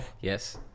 Yes